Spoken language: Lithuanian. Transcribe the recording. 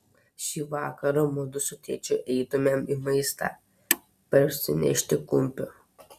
šį vakarą mudu su tėčiu eitumėm į maistą parsinešti kumpio